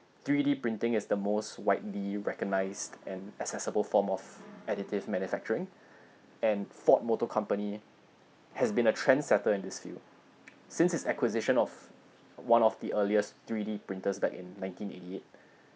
three D printing is the most widely recognised and accessible form of additive manufacturing and Ford Motor Company has been a trendsetter in this field since its acquisition of one of the earliest three D printers back in nineteen eighty-eight